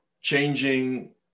changing